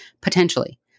potentially